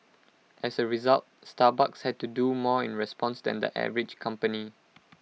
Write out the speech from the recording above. as A result Starbucks had to do more in response than the average company